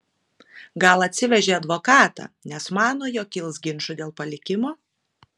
gal atsivežė advokatą nes mano jog kils ginčų dėl palikimo